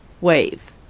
Wave